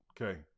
Okay